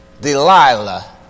Delilah